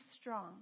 strong